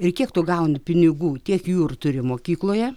ir kiek tu gauni pinigų tiek jų ir turi mokykloje